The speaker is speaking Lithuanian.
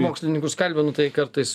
mokslininkus kalbinu tai kartais